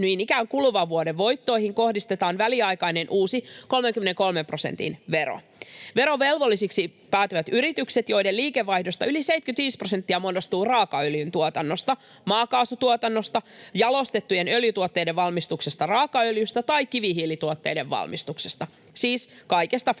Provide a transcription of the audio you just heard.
niin ikään kuluvan vuoden voittoihin kohdistetaan väliaikainen, uusi 33 prosentin vero. Verovelvollisiksi päätyvät yritykset, joiden liikevaihdosta yli 75 prosenttia muodostuu raakaöljyn tuotannosta, maakaasutuotannosta, jalostettujen öljytuotteiden valmistuksesta raakaöljystä tai kivihiilituotteiden valmistuksesta — siis kaikesta fossiilisesta.